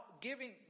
giving